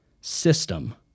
system